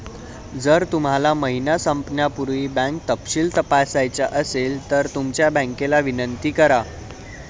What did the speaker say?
जर तुम्हाला महिना संपण्यापूर्वी बँक तपशील तपासायचा असेल तर तुमच्या बँकेला विनंती करा